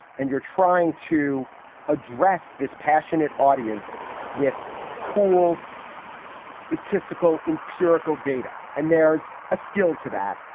and you're trying to address this passionate audience with cool statistical empirical data. and there's a skill to that.